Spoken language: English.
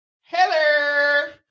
Hello